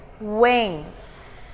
wings